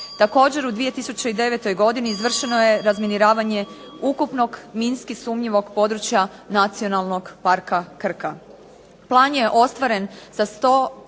Također, u 2009. godini izvršeno je razminiravanje ukupnog minski sumnjivog područja Nacionalnog parka Krka. Plan je ostvaren sa 101,13%,